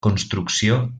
construcció